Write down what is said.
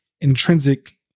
intrinsic